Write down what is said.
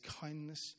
kindness